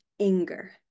anger